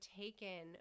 taken